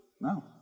No